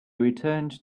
returned